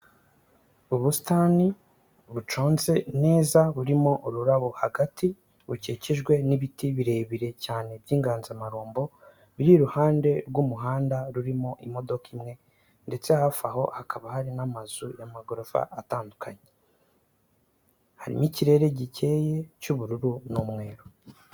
Ubusitani buconze neza burimo ururabo hagati, bukikijwe n'ibiti birebire cyane by'inganzamarumbo biri iruhande rw'umuhanda urimo imodoka imwe, ndetse hafi aho hakaba hari n'amazu y'amagorofa atandukanye, hari n'ikirere gikeye cy'ubururu n'umweru.